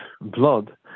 blood